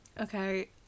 Okay